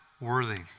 worthy